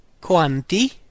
Quanti